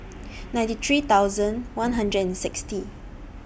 ninety three thousand one hundred and sixty